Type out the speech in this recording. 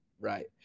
Right